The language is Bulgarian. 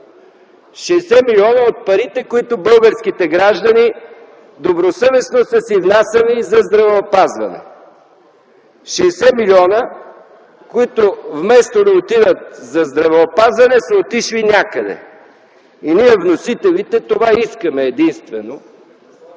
60 милиона от парите, които българските граждани добросъвестно са си внасяли за здравеопазване - 60 милиона, които вместо да отидат за здравеопазване са отишли някъде. И ние вносителите искаме единствено